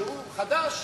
שהוא חדש,